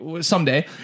someday